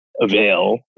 avail